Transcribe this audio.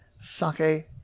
Sake